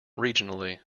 regionally